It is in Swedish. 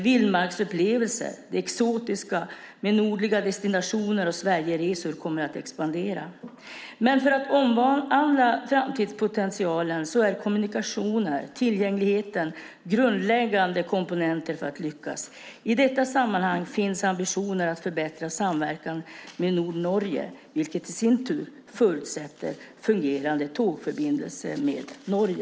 Vildmarksupplevelser och det exotiska med nordliga destinationer och Sverigeresor kommer att expandera. Kommunikationer och tillgänglighet är grundläggande komponenter för att man ska lyckas ta till vara framtidspotentialen. I detta sammanhang finns ambitioner att förbättra samverkan med Nordnorge, vilket i sin tur förutsätter fungerande tågförbindelser med Norge.